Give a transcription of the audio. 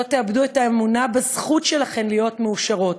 שלא תאבדו את האמונה בזכות שלכן להיות מאושרות,